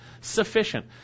Sufficient